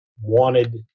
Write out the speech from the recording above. wanted